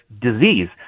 disease